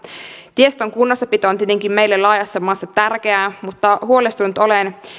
tiestön kunnossapito on tietenkin meille laajassa maassa tärkeää mutta huolestunut olen